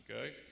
okay